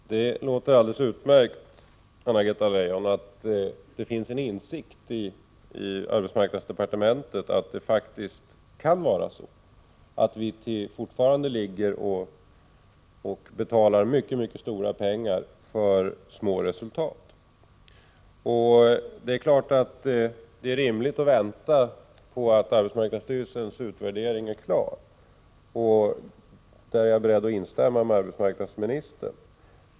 Herr talman! Det låter alldeles utmärkt, Anna-Greta Leijon, att det hos arbetsmarknadsdepartementet finns en insikt om att det faktiskt kan vara så att vi fortfarande betalar ut mycket stora belopp för små resultat. Det är klart att det är rimligt att vänta tills arbetsmarknadsstyrelsens utvärdering är klar. Där är jag beredd att instämma med arbetsmarknadsministern.